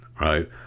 right